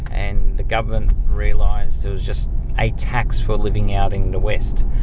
and the government realised it was just a tax for living out in the west,